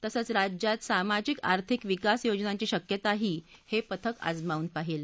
तसंच राज्यात सामाजिक आर्थिक विकास योजनांची शक्यताही हे पथक आजमात आहे